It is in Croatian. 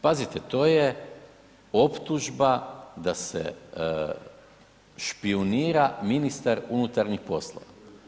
Pazite, to je optužba da se špijunira ministar unutarnjih poslova.